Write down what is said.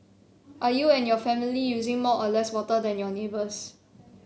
are you and your family using more or less water than your neighbours